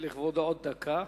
אני מוסיף לכבודו עוד דקה,